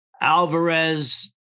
alvarez